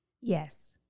Yes